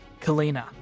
Kalina